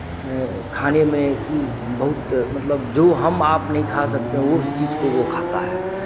खाने में बहुत मतलब जो हम आप नहीं खा सकते हैं वो उस चीज़ को वो खाता है